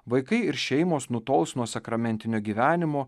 vaikai ir šeimos nutols nuo sakramentinio gyvenimo